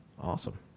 Awesome